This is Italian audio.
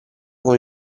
con